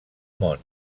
món